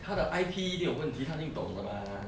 他的 I_P 定有问题他一定懂得吗